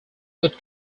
would